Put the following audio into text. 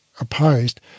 opposed